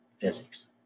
physics